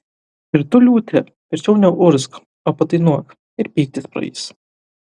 ir tu liūte verčiau neurgzk o padainuok ir pyktis praeis